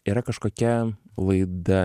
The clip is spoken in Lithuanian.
yra kažkokia laida